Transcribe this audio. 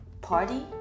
party